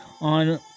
on